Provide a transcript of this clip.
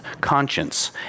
conscience